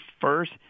first